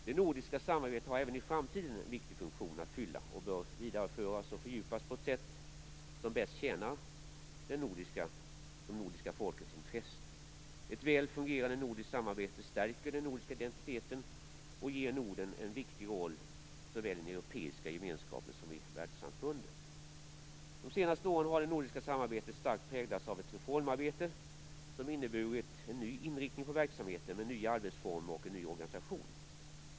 Det nordiska samarbetet har även i framtiden en viktig funktion att fylla och bör vidareföras och fördjupas på det sätt som bäst tjänar de nordiska folkens intressen. Ett väl fungerande nordiskt samarbete stärker den nordiska identiteten och ger Norden en viktig roll såväl i den europeiska gemenskapen som i världssamfundet. De senaste åren har det nordiska samarbetet starkt präglats av ett reformarbete som inneburit en ny inriktning på verksamheten med nya arbetsformer och en ny organisation.